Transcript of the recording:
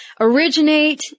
originate